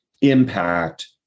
impact